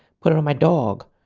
put it on my dog,